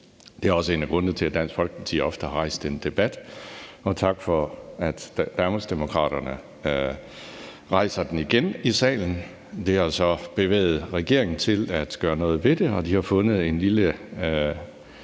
Det er også en af grundene til, at Dansk Folkeparti ofte har rejst en debat, og tak for, at Danmarksdemokraterne rejser den igen i salen. Det har så bevæget regeringen til at gøre noget ved det, og de har fundet en lille